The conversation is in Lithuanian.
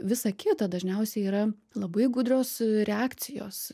visa kita dažniausiai yra labai gudrios reakcijos